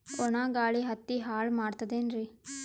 ಒಣಾ ಗಾಳಿ ಹತ್ತಿ ಹಾಳ ಮಾಡತದೇನ್ರಿ?